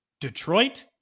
Detroit